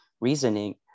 reasoning